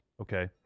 Okay